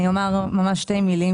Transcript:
אני אומר ממש שתי מילים,